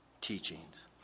teachings